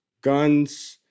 guns